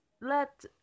let